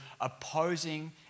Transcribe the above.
opposing